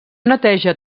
neteja